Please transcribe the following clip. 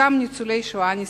חלקם ניצולי שואה נזקקים.